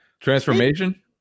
Transformation